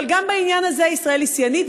אבל גם בעניין הזה ישראל היא שיאנית,